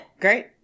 great